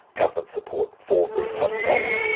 government support, for rooftop solar.